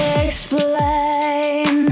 explain